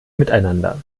miteinander